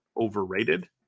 overrated